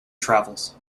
travels